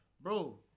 bro